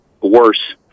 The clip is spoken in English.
worse